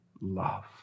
love